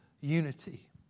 unity